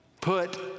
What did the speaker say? Put